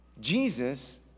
Jesus